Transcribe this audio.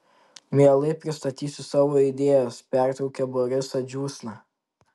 mielai pristatysiu savo idėjas pertraukė borisą džiūsna